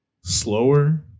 slower